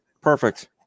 Perfect